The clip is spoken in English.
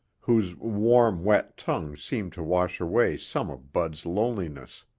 whose warm, wet tongue seemed to wash away some of bud's loneliness.